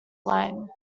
line